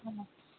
অ